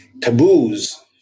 taboos